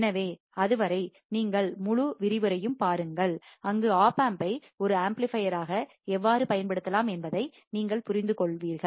எனவே அதுவரை நீங்கள் முழு விரிவுரையும் பாருங்கள் அப்பொழுது ஓப்பம்பை ஒரு ஆம்ப்ளிபையராக எவ்வாறு பயன்படுத்தலாம் என்பதை நீங்கள் புரிந்து கொள்வீர்கள்